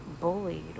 bullied